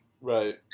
Right